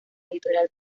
editorial